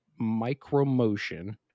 micromotion